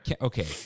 Okay